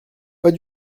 pas